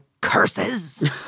curses